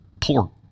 poor